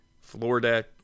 Florida